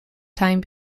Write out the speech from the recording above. time